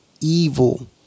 evil